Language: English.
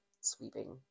sweeping